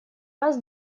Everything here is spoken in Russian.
раз